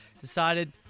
decided